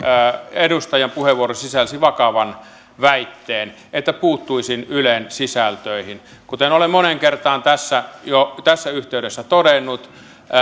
edustajan puheenvuoro sisälsi vakavan väitteen että puuttuisin ylen sisältöihin kuten olen jo moneen kertaan tässä yhteydessä todennut